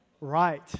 Right